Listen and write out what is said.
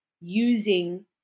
using